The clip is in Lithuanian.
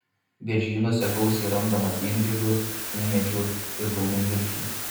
beržynuose gausiai randama piengrybių ūmėdžių ir raudonviršių